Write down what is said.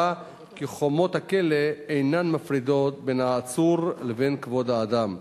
כי "חומות הכלא אינן מפרידות בין העצור לבין כבוד האדם".